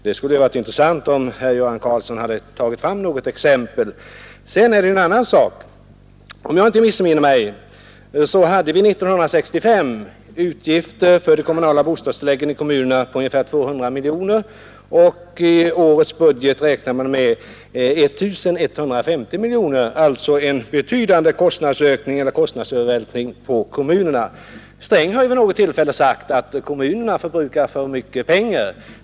Det skulle ha varit intressant om herr Göran Karlsson hade tagit fram något exempel. Om jag inte missminner mig, hade vi 1965 utgifter för de kommunala bostadstilläggen på ungefär 200 miljoner kronor, och i årets budget räknar man med 1 150 miljoner, vilket alltså innebär en betydande kostnadsövervältring på kommunerna. Herr Sträng har vid något tillfälle sagt att kommunerna förbrukar för mycket pengar.